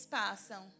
passam